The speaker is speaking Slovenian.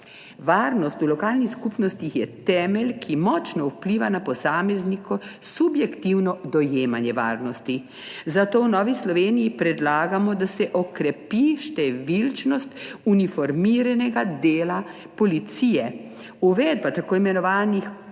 Varnost v lokalnih skupnostih je temelj, ki močno vpliva na posameznikovo subjektivno dojemanje varnosti, zato v Novi Sloveniji predlagamo, da se okrepi številčnost uniformiranega dela policije, uvedba tako imenovanih